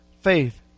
faith